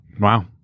wow